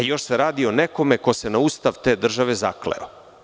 Još se radi o nekome ko se na ustav te države zakleo.